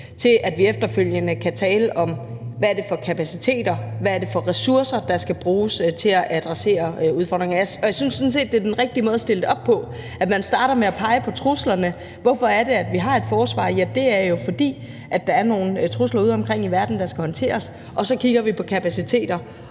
til, at vi efterfølgende kan tale om, hvad det er for nogle kapaciteter, og hvad det er for nogle ressourcer, der skal bruges til at adressere udfordringerne. Og jeg synes sådan set, at det er den rigtige måde at stille det op på, nemlig at man starter med at pege på truslerne; hvorfor er det, at vi har et forsvar? Jo, det er jo, fordi der er nogle trusler udeomkring i verden, der skal håndteres. Og så kigger vi på kapaciteter,